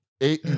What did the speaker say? Eight